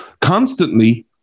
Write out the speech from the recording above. Constantly